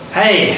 hey